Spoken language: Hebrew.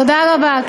תודה רבה.